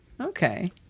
Okay